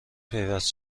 پیوست